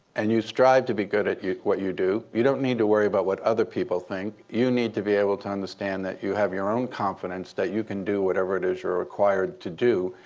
and you strive to be good at what you do, you don't need to worry about what other people think. you need to be able to understand that you have your own confidence that you can do whatever it is you're required to do.